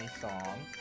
song